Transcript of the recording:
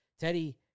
Teddy